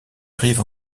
arrive